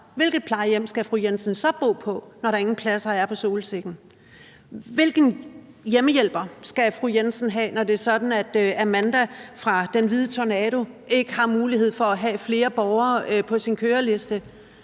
Hvilket plejehjem skal fru Hansen så bo på, når der ingen pladser er på Solsikken? Hvilken hjemmehjælper skal fru Jensen have, når det er sådan, at Amanda fra Den Hvide Tornado ikke har mulighed for at have flere borgere på sin køreliste?